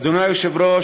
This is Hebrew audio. אדוני היושב-ראש,